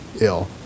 ill